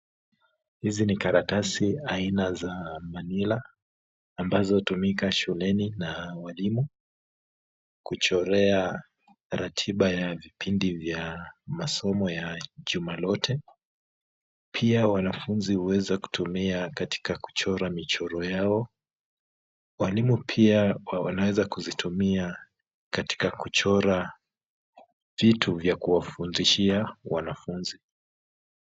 Hizi ni karatasi aina za manila ambazo hutumika shuleni na walimu kuchorea ratiba ya vipindi vya masomo ya Juma lote pia wanafunzi huweza kutumia katika kuchorea michoro yao. Walimu pia wanaeza kuzitumia katika kuchora vitu vya kuwafundishia wanafunzi.